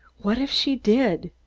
what if she did?